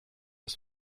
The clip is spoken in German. ist